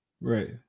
Right